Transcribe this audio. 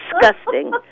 disgusting